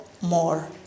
more